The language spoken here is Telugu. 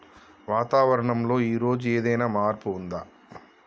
వాతావరణం లో ఈ రోజు ఏదైనా మార్పు ఉందా?